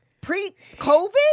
pre-COVID